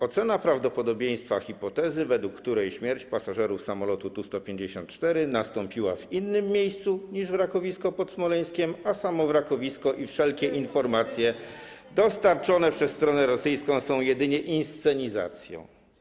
Ocena prawdopodobieństwa hipotezy, według której śmierć pasażerów samolotu TU-154 nastąpiła w innym miejscu niż wrakowisko pod Smoleńskim, a samo wrakowisko i wszelkie informacje dostarczone przez stronę rosyjską są jedynie inscenizacją.